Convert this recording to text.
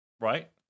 Right